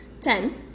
Ten